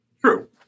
True